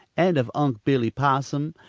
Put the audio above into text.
and of unc' billy possum,